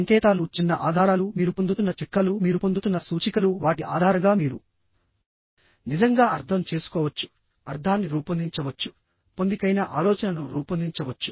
సంకేతాలు చిన్న ఆధారాలుమీరు పొందుతున్న చిట్కాలుమీరు పొందుతున్న సూచికలువాటి ఆధారంగా మీరు నిజంగా అర్థం చేసుకోవచ్చుఅర్థాన్ని రూపొందించవచ్చుపొందికైన ఆలోచనను రూపొందించవచ్చు